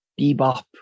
bebop